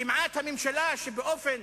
כמעט הממשלה שהשתמשה באופן